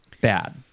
bad